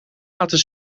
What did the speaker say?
laten